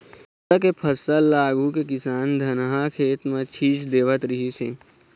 तिंवरा के फसल ल आघु के किसान धनहा खेत म छीच देवत रिहिस हे